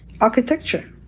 architecture